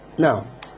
Now